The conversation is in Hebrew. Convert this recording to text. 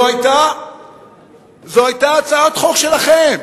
זו היתה הצעת חוק שלכם,